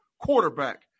quarterback